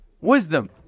wisdom